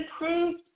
Improved